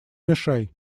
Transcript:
мешай